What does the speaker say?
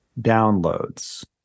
downloads